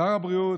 שר הבריאות,